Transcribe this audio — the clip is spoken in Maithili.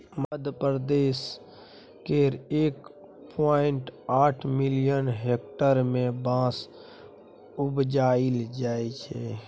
मध्यप्रदेश केर एक पॉइंट आठ मिलियन हेक्टेयर मे बाँस उपजाएल जाइ छै